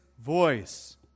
voice